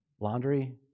Laundry